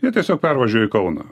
jie tiesiog pervažiuoja į kauną